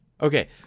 okay